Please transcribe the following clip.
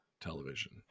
television